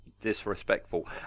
disrespectful